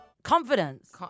Confidence